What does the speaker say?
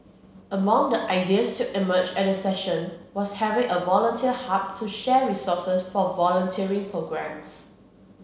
among the ideas to emerge at the session was having a volunteer hub to share resources for volunteering programmes